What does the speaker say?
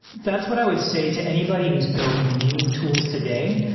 that's what i would say to anybody who's building new tools today.